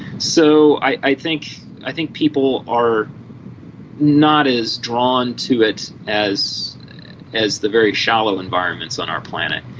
so i think i think people are not as drawn to it as as the very shallow environments on our planet.